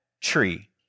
tree